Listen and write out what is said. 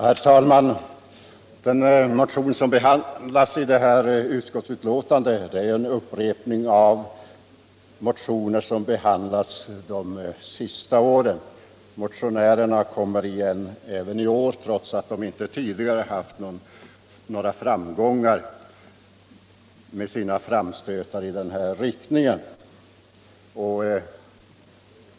Herr talman! Den motion som behandlas i betänkandet är en upprepning av motioner som har behandlats de senaste åren. Motionärerna kommer igen även i år, trots att de tidigare inte har haft några framgångar med sina framstötar i denna riktning.